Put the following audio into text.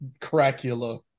*Cracula*